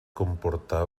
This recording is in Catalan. comportar